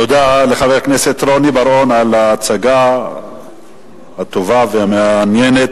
תודה לחבר הכנסת רוני בר-און על ההצגה הטובה והמעניינת.